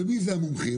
ומי הם המומחים?